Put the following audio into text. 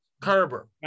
Kerber